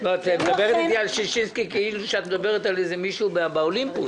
את מדברת אתי על ששינסקי כאילו שאת מדברת על מישהו באולימפוס.